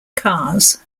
cars